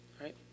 right